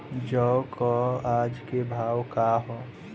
जौ क आज के भाव का ह?